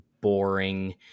boring